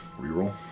Reroll